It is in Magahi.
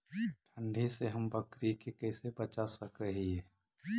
ठंडी से हम बकरी के कैसे बचा सक हिय?